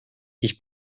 ich